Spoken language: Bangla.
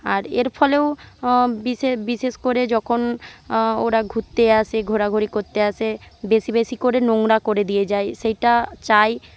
আর এর ফলেও বিশেষ বিশেষ করে যখন ওরা ঘুরতে আসে ঘোরাঘুরি করতে আসে বেশি বেশি করে নোংরা করে দিয়ে যায় সেইটা চাই